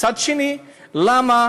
מצד שני, למה